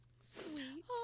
Sweet